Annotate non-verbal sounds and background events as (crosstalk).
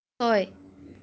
(unintelligible)